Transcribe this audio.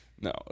No